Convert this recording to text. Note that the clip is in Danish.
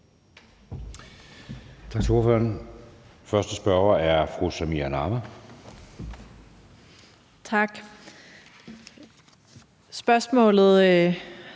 Tak. Spørgsmålet,